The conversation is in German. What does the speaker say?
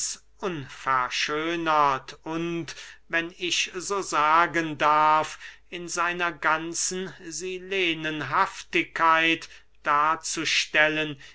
unverschönert und wenn ich so sagen darf in seiner ganzen silenenhaftigkeit darzustellen